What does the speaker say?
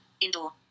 indoor